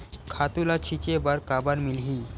खातु ल छिंचे बर काबर मिलही?